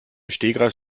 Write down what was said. stegreif